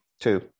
two